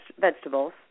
vegetables